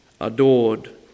adored